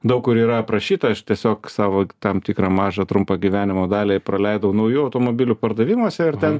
daug kur yra aprašyta aš tiesiog savo tam tikra mažą trumpą gyvenimo dalį praleidau naujų automobilių pardavimuose ir ten